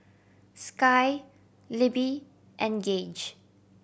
Sky Libbie and Gauge